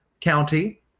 county